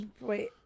Wait